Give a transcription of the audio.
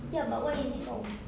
ya but why is it no